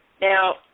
Now